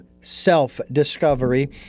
Self-Discovery